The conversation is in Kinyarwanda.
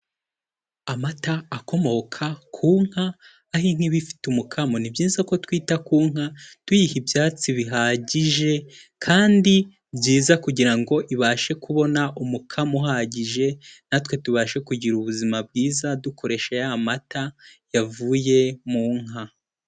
Amata akomoka ku nka aho inka iba ifite umukamo, ni byiza ko twita ku nka tuyiha ibyatsi bihagije kandi byiza kugira ngo ibashe kubona umukamo uhagije natwe tubashe kugira ubuzima bwiza dukoresha ya mata yavuye mu nka.